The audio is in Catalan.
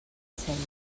selva